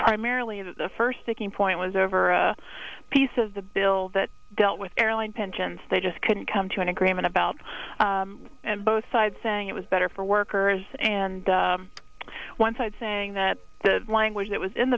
merely the first sticking point was over a piece of the bill that dealt with airline pensions they just couldn't come to an agreement about and both sides saying it was better for workers and one side saying that the language that was in